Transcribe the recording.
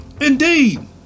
indeed